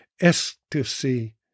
ecstasy